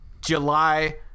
July